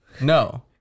No